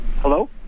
Hello